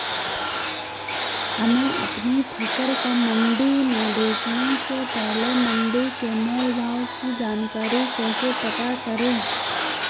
हमें अपनी फसल को मंडी में बेचने से पहले मंडी के मोल भाव की जानकारी कैसे पता करें?